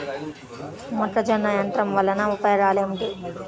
మొక్కజొన్న యంత్రం వలన ఉపయోగము ఏంటి?